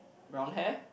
brown hair